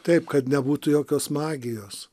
taip kad nebūtų jokios magijos